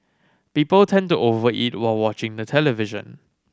people tend to over eat while watching the television